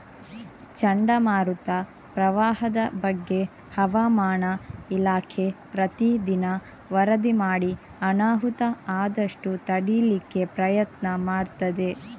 ಚಂಡಮಾರುತ, ಪ್ರವಾಹದ ಬಗ್ಗೆ ಹವಾಮಾನ ಇಲಾಖೆ ಪ್ರತೀ ದಿನ ವರದಿ ಮಾಡಿ ಅನಾಹುತ ಆದಷ್ಟು ತಡೀಲಿಕ್ಕೆ ಪ್ರಯತ್ನ ಮಾಡ್ತದೆ